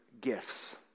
gifts